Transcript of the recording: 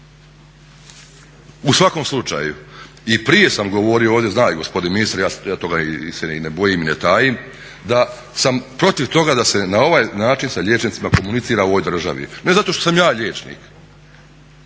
U svakom slučaju i prije sam govorio ovdje, zna i gospodin ministar je toga se i ne bojim i ne tajim da sam protiv toga da se na ovaj način sa liječnicima komunicira u ovoj državi. Ne zato što sam ja liječnik